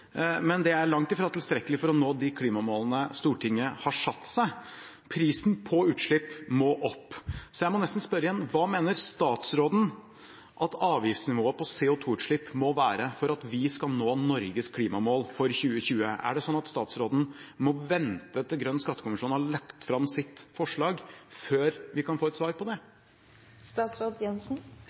men det er langt fra tilstrekkelig for å nå de klimamålene Stortinget har satt seg. Prisen på utslipp må opp. Så jeg må nesten spørre igjen: Hva mener statsråden at avgiftsnivået på CO2-utslipp må være for at vi skal nå Norges klimamål for 2020? Er det sånn at statsråden må vente til Grønn skattekommisjon har lagt fram sitt forslag før vi kan få et svar på